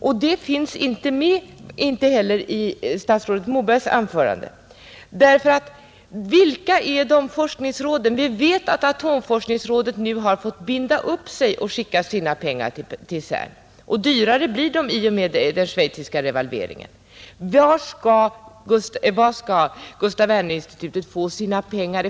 Den uppgiften finns inte med i betänkandet och fanns inte heller med i statsrådet Mobergs anförande. Från vilka forskningsråd skall dessa pengar komma? Vi vet att atomforskningsrådet nu har fått binda sig för att skicka sina pengar till CERN, och dyrare blir det i och med den schweiziska revalveringen. Varifrån skall Gustaf Werners institut få sina pengar?